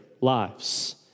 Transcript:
lives